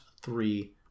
three